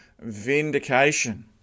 vindication